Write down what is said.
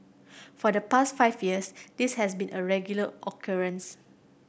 for the past five years this has been a regular occurrence